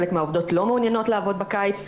חלק מהעובדות לא מעוניינות לעבוד בקיץ,